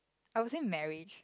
I was in marriage